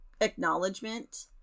acknowledgement